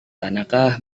tanaka